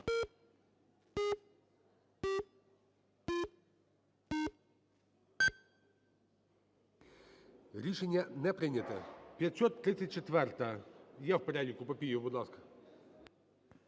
Рішення не прийнято. 534-а. Є в переліку. Папієв, будь ласка.